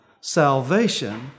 salvation